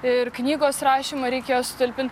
ir knygos rašymą reikėjo sutalpint